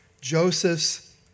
Joseph's